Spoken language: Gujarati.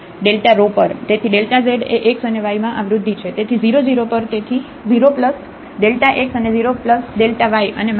તેથી z એ x અને y માં આ વૃદ્ધિ છે તેથી 0 0 પર તેથી 0 x અને 0 yઅને f 0 0